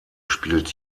spielt